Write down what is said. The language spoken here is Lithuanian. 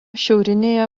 šiaurinėje